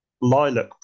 lilac